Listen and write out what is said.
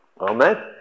Amen